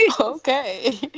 Okay